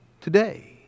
today